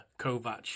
Kovac